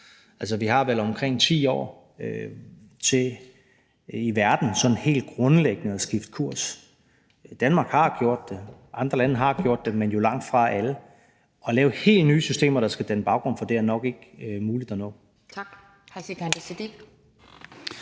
vi har vel omkring 10 år til i verden sådan helt grundlæggende at skifte kurs. Danmark har gjort det, og andre lande har gjort det, men jo langtfra alle. At lave helt nye systemer, der skal danne baggrund for det, er nok ikke muligt at nå. Kl.